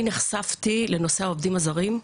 אני נחשפתי לנושא העובדים הזרים,